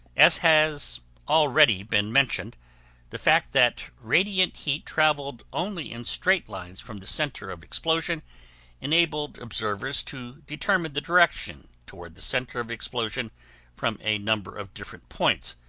as has already been mentioned the fact that radiant heat traveled only in straight lines from the center of explosion enabled observers to determine the direction toward the center of explosion from a number of different points,